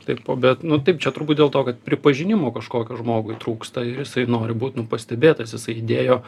taip o bet nu taip čia turbūt dėl to kad pripažinimo kažkokio žmogui trūksta ir jisai nori būt nu pastebėtas jisai įdėjo